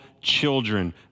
children